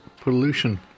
Pollution